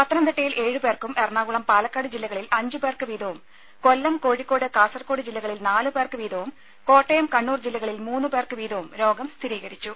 പത്തനംതിട്ടയിൽ ഏഴുപേർക്കും എറണാകുളം പാലക്കാട് ജില്ലകളിൽ അഞ്ചുപേർക്ക് വീതവും കൊല്ലം കോഴിക്കോട് കാസർകോട് ജില്ലകളിൽ നാലുപേർക്ക് വീതവും കോട്ടയം കണ്ണൂർ ജില്ലകളിൽ മൂന്നുപേർക്ക് വീതവും രോഗം സ്ഥിരീകരിച്ചു